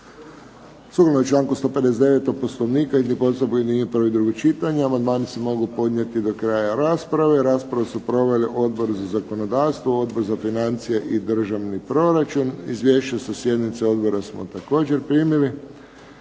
Sukladno članku 159. Poslovnika hitni postupak objedinjuje prvo i drugo čitanje. Amandmani se mogu podnijeti do kraja rasprave. Raspravu su proveli Odbor za zakonodavstvo, Odbor za financije i državni proračun. Izvješća sa sjednica odbora smo također primili.